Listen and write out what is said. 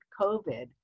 COVID